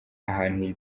ahantu